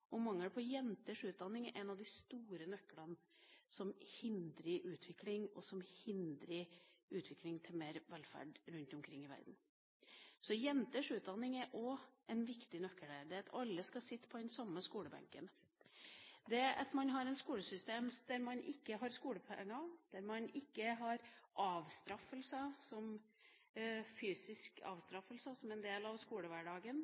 og mangel på jenters utdanning er en av de store nøklene som hindrer utvikling og hindrer utvikling av mer velferd rundt omkring i verden. Jenters utdanning er også en viktig nøkkel her – alle skal sitte på den samme skolebenken. At man har et skolesystem uten skolepenger, uten fysisk avstraffelse som en del av skolehverdagen, der